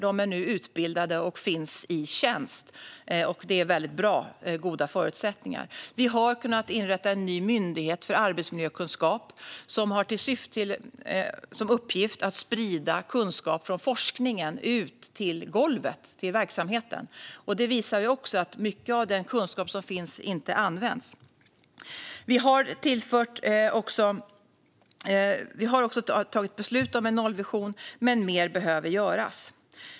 De är nu utbildade och finns i tjänst. Det är bra, och det ger goda förutsättningar. Vi har inrättat Myndigheten för arbetsmiljökunskap, som har till uppgift att sprida kunskap från forskningen ut till golvet i verksamheten. Det visar också att mycket av den kunskap som finns inte används. Regeringen har fattat beslut om en nollvision, men mer behöver göras.